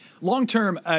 Long-term